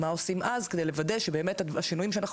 מה עושים אז על מנת לוודא שבאמת השינויים שאנחנו